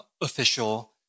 official